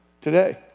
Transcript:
today